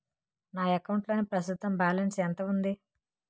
నా అకౌంట్ లోని ప్రస్తుతం బాలన్స్ ఎంత ఉంది?